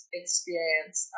experience